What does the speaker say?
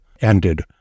ended